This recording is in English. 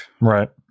right